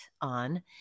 on